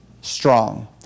strong